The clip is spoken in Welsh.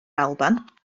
alban